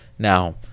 Now